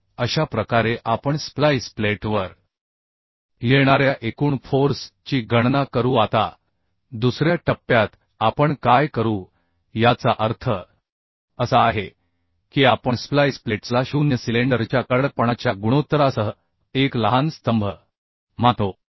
तर अशा प्रकारे आपण स्प्लाइस प्लेटवर येणाऱ्या एकूण फोर्स ची गणना करू आता दुसऱ्या टप्प्यात आपण काय करू याचा अर्थ असा आहे की आपण स्प्लाइस प्लेट्सला शून्य सिलेंडरच्या कडकपणाच्या गुणोत्तरासह एक लहान स्तंभ मानतो